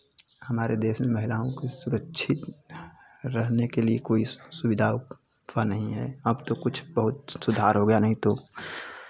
हमारे देश में महिलाओं की सुरक्षित रहने के लिए कोई सुविधा अथवा नहीं है अब तो कुछ बहुत सुधार हो गया नहीं तो